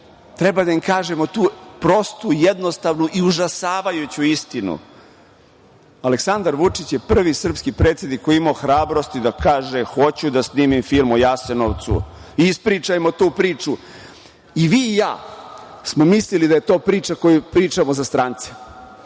Treba da im kažemo tu prostu, jednostavnu i užasavajuću istinu. Aleksandar Vučić je prvi srpski predsednik koji je imao hrabrosti da kaže – hoću da snimim film o Jasenovcu. Ispričajmo tu priču. I vi i ja smo mislili da je to priča koju pričamo za strance,